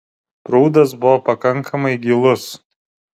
prūdas buvo pakankamai gilus